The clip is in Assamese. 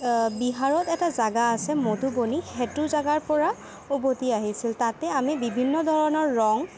বিহাৰত এটা জেগা আছে মধুবনী সেইটো জেগাৰপৰা উভতি আহিছিল তাতে আমি বিভিন্ন ধৰণৰ ৰং